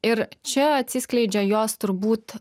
ir čia atsiskleidžia jos turbūt